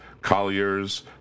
Collier's